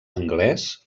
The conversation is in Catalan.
anglès